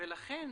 ולכן